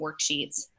worksheets